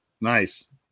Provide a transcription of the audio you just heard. Nice